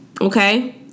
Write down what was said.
okay